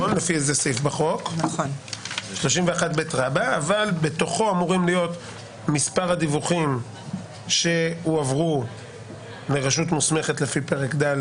אבל בתוכו אמורים להיות מספר הדיווחים שהועברו מרשות מוסמכת לפי פרק ד',